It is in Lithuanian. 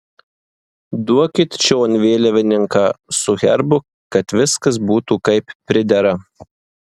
duokit čion vėliavininką su herbu kad viskas būtų kaip pridera